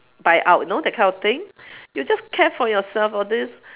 buy out you know that kind of thing you just care for yourself all this